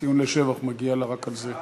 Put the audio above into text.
ציון לשבח מגיע לה רק על זה.